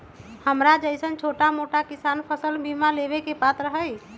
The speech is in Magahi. हमरा जैईसन छोटा मोटा किसान फसल बीमा लेबे के पात्र हई?